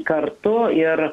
kartu ir